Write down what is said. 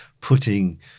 putting